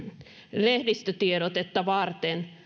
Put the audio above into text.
lehdistötiedotetta varten